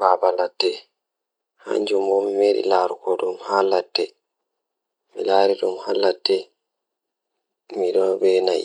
Ko njam ko fowru moƴƴaare ɗum rewɓe ngal sabu mi njiddaade fiyaangu ngal, goɗɗo rewɓe ngal.